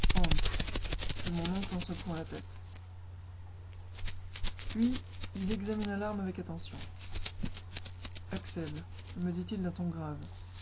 fit mon oncle en secouant la tête puis il examina l'arme avec attention axel me dit-il d'un ton grave